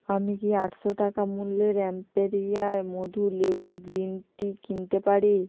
আমি কি আটশো টাকা মূল্যের অ্যাম্পেরিয়ার মধু লেবুর গ্রিন টি কিনতে পারি